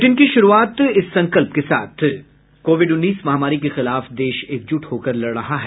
bulletin की शुरूआत से पहले ये संकल्प कोविड उन्नीस महामारी के खिलाफ देश एकजुट होकर लड़ रहा है